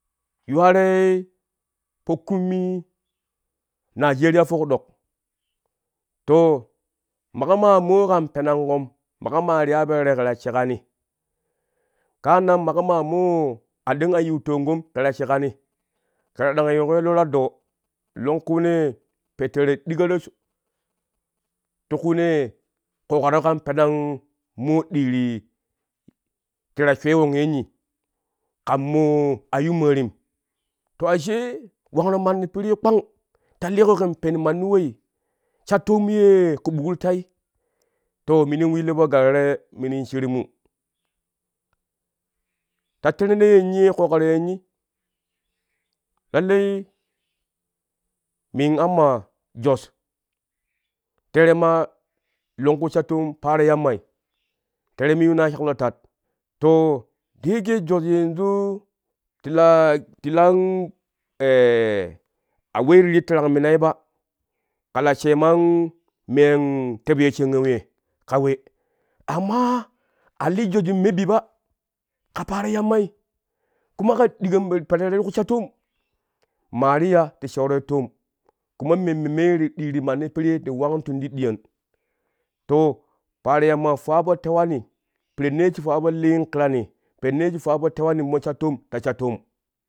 Yuwaroi po kummi nigeria foki ɗok to maƙo ma mo kan penanƙom maƙo ma riya po tere ke ta sheƙani kaanan maƙo maa moo a ɗoo an yiu toomgom ke ta ɗang yo ƙoi lo ra doo longkunee po tere ɗigoro ti kunee ƙoƙaro kan penan mo ɗii ti ti ta shwee won yenni kan moo a yu maarim to ashe wangro manni pirii kpong ta liiƙo ƙen pen manni wei sha toom ye ƙu ɓuk ti tai to minin willu po galo tere minin shirumu ta terene yenni ye ƙoƙaro yenni lallai min amma jos tere ma longku sha toom paaro yammai tere min yuunai shaklo tat to da yake jos yanju ti laa ti laan a wejurujun tarang minai ba ka la sheman me an tebyo shangau ye ka we amma ali jos in me bi ba ka paaro yammai kuma kan digon po tere ti ku sha toom, ma ti ya ti shooro toom kuma memme mee ɗii ti manni piri ti wanguntun ti ɗiyon to paaro yamma fuwaa po tewani pirennee shi fuwa po liin kirani pirennee shi fuwa po tewani ta sha toom la sha toom